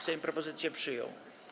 Sejm propozycję przyjął.